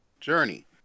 journey